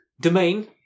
domain